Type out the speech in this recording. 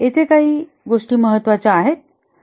येथे काही गोष्टी महत्वाच्या आहेत